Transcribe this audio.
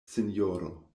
sinjoro